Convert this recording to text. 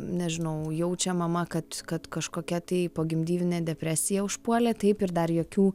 nežinau jaučia mama kad kad kažkokia tai pogimdyvinė depresija užpuolė taip ir dar jokių